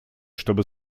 чтобы